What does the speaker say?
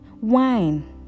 wine